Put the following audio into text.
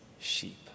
sheep